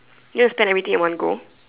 you wanna spend everything at one go